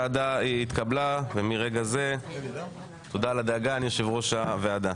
הצעת הוועדה התקבלה ומרגע זה אני יושב ראש הוועדה.